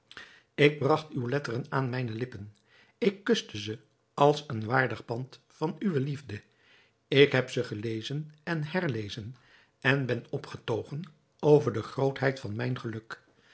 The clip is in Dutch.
ik bragt uwe letteren aan mijne lippen ik kuste ze als een waardig pand van uwe liefde ik heb ze gelezen en herlezen en ben opgetogen over de grootheid van mijn geluk